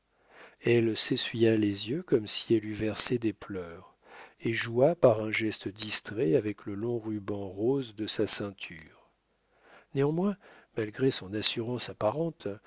elle s'essuya les yeux comme si elle eût versé des pleurs et joua par un geste distrait avec le long ruban rose de sa ceinture néanmoins malgré son assurance apparente